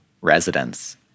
residents